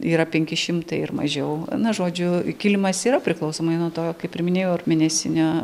yra penki šimtai ir mažiau na žodžiu kilimas yra priklausomai nuo to kaip ir minėjau ir mėnesinio